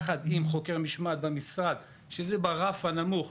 יחד עם חוקר המשמעת במשרד שזה ברף הנמוך,